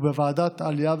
ובוועדת העלייה,